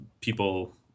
people